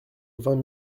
vingt